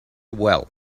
well